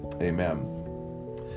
Amen